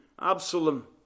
Absalom